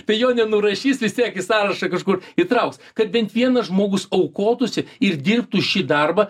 tai jo nenurašys vis tiek į sąrašą kažkur įtrauks kad bent vienas žmogus aukotųsi ir dirbtų šį darbą